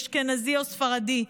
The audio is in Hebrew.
אשכנזי או ספרדי.